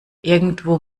irgendwo